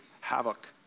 havoc